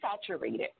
saturated